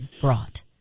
brought